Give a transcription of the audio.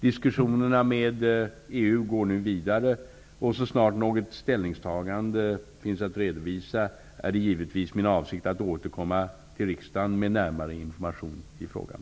Diskussionerna med EU går nu vidare. Så snart något ställningstagande finns att redovisa är det givetvis min avsikt att återkomma till riksdagen med närmare information i frågan.